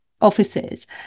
offices